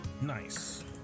Nice